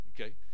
Okay